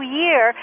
year